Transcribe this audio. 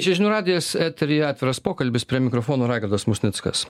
čia žinių radijas eteryje atviras pokalbis prie mikrofono raigardas musnickas